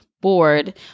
board